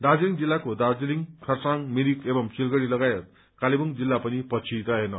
दार्जीलिङ जिल्लाको दार्जीलिङ खरसाङ मिरिक एव सिलगढ़ी लगायत कालेबुङ जिल्ला पनि पछि रहेन